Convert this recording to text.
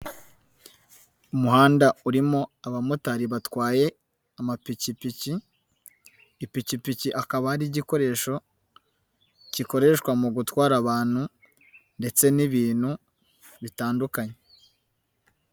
Umuhanda urimo abamotari batwaye amapikipiki, ipikipiki akaba ari igikoresho gikoreshwa mu gutwara abantu ndetse n'ibintu bitandukanye.